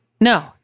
No